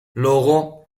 loro